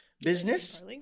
business